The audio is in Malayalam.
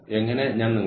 കൂടാതെ അത് നല്ലതാണ്